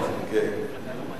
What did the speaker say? דווקא היה לו נאום חוצב להבות,